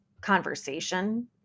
conversation